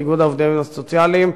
עם איגוד העובדים הסוציאליים,